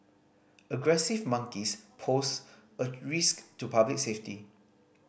aggressive monkeys pose a risk to public safety